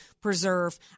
preserve